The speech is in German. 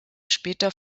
später